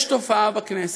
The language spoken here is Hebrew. יש תופעה בכנסת,